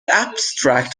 abstract